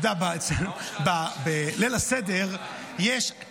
בליל הסדר יש,